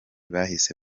bahise